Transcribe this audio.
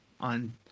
on